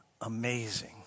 amazing